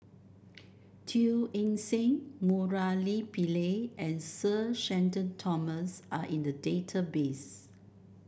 Teo Eng Seng Murali Pillai and Sir Shenton Thomas are in the database